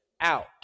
out